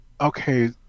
okay